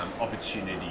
opportunity